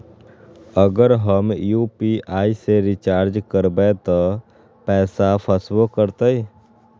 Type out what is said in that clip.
अगर हम यू.पी.आई से रिचार्ज करबै त पैसा फसबो करतई?